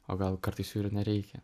o gal kartais jų ir nereikia